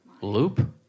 loop